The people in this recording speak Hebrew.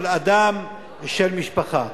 של אדם ושל משפחה.